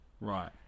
Right